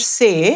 say